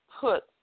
put